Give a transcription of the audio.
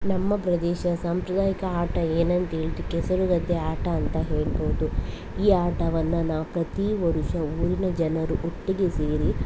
ನಮ್ಮ ಪ್ರದೇಶ ಸಾಂಪ್ರದಾಯಿಕ ಆಟ ಏನಂತ್ ಹೇಳ್ದ್ ಕೆಸರು ಗದ್ದೆ ಆಟ ಅಂತ ಹೇಳ್ಬೋದು ಈ ಆಟವನ್ನು ನಾವು ಪ್ರತೀ ವರುಷ ಊರಿನ ಜನರು ಒಟ್ಟಿಗೆ ಸೇರಿ